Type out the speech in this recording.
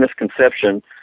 misconception